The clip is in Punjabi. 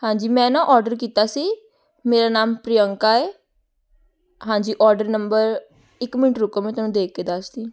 ਹਾਂਜੀ ਮੈਂ ਨਾ ਔਡਰ ਕੀਤਾ ਸੀ ਮੇਰਾ ਨਾਮ ਪ੍ਰਿਅੰਕਾ ਹੈ ਹਾਂਜੀ ਔਡਰ ਨੰਬਰ ਇੱਕ ਮਿੰਟ ਰੁਕੋ ਮੈਂ ਤੁਹਾਨੂੰ ਦੇਖ ਕੇ ਦੱਸ ਦੀ